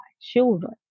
children